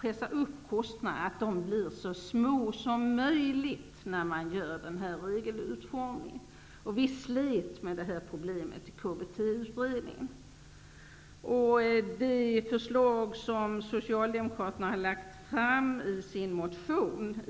pressar upp kostnaderna, blir så små som möjligt vid regelutformningen. Vi slet med detta problem i KBT-utredningen. Vi har sett mycket noga på designen av det förslag som Socialdemokraterna har lagt fram i sin motion.